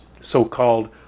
so-called